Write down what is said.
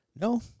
No